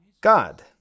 God